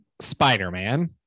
spider-man